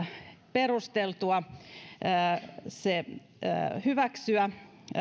perusteltua hyväksyä